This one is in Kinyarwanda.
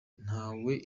ntewe